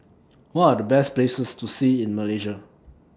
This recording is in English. What Are The Best Places to See in Malaysia